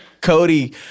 Cody